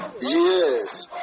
Yes